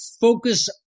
focus